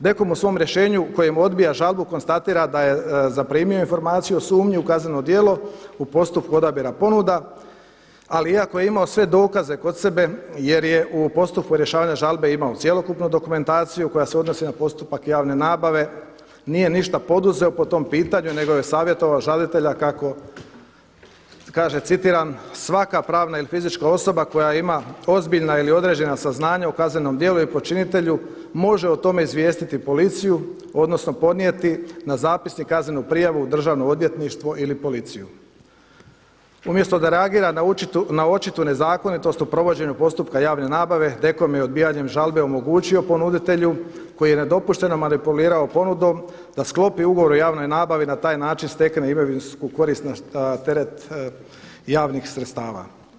DKOM u svom rješenju u kojem odbija žalbu konstatira da je zaprimio informaciju o sumnji u kazneno djelo u postupku odabira ponuda, ali iako je imao sve dokaze kod sebe jer je u postupku rješavanja žalbe imao cjelokupnu dokumentaciju koja se odnosi na postupak javne nabave nije ništa poduzeo po tom pitanju nego je savjetovao žalitelja kako kaže, citiram: „Svaka pravna ili fizička osoba koja ima ozbiljna ili određena saznanja o kaznenom djelu i počinitelju može o tome izvijestiti policiju, odnosno podnijeti na zapisnik kaznenu prijavu u Državno odvjetništvo ili policiju.“ Umjesto da reagira na očitu nezakonitost u provođenju postupka javne nabave DKOM je odbijanjem žalbe omogućio ponuditelju koji je nedopušteno manipulirao ponudom da sklopi ugovor o javnoj nabavi i na taj način stekne imovinsku korist na teret javnih sredstava.